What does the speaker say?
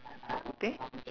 bak kut teh